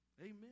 Amen